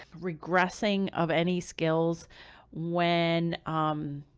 regressing of any skills when, um,